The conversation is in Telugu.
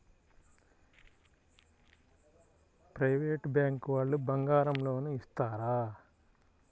ప్రైవేట్ బ్యాంకు వాళ్ళు బంగారం లోన్ ఇస్తారా?